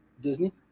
Disney